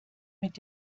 mit